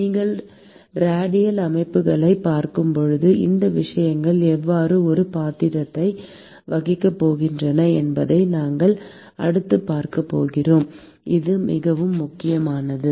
நீங்கள் ரேடியல் அமைப்புகளைப் பார்க்கும்போது இந்த விஷயங்கள் எவ்வாறு ஒரு பாத்திரத்தை வகிக்கப் போகின்றன என்பதை நாம் அடுத்து பார்க்கப் போகிறோம் இது மிகவும் முக்கியமானது